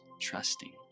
trusting